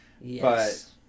Yes